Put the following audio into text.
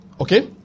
Okay